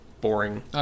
boring